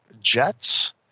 Jets